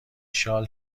شال